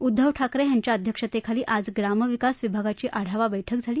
उद्घव ठाकरे यांच्या अध्यक्षतेखाली आज ग्रामविकास विभागाची आढावा बैठक झाली